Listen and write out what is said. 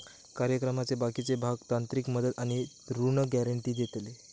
कार्यक्रमाचे बाकीचे भाग तांत्रिक मदत आणि ऋण गॅरेंटी देतले